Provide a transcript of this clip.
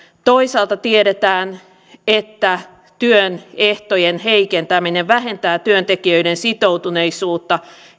toisaalta tiedetään että työn ehtojen heikentäminen vähentää työntekijöiden sitoutuneisuutta